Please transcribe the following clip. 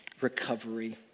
recovery